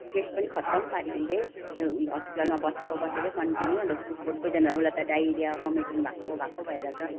test पनि खत्तम पाऱ्यो उसले यो हस्पिटलमा बसेको बसेको कन्टिन्यू अन्त फुड पोइजनहरू उसलाई त डाइरिया भोमिटिङ भएको भएको भएर त